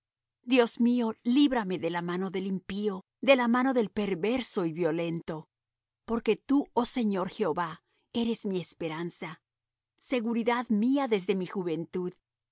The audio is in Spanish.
dios mío líbrame de la mano del impío de la mano del perverso y violento porque tú oh señor jehová eres mi esperanza seguridad mía desde mi juventud